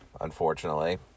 unfortunately